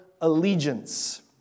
allegiance